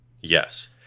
Yes